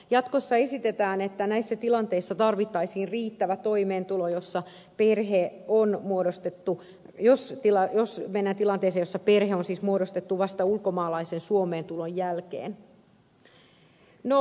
jatkossa esitetään että näissä tilanteissa tarvittaisiin riittävä toimeentulo jossa perhe on muodostettu jos mennään tilanteeseen jossa perhe on siis muodostettu vasta ulkomaalaisen suomeen tulon jälkeen